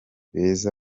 beza